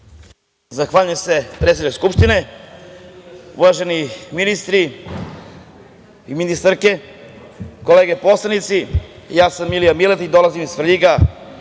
Zahvaljujem se, predsedniče Skupštine. Uvaženi ministri i ministarke, kolege poslanici, ja sam Milija Miletić, dolazim iz Svrljiga,